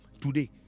Today